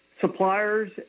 suppliers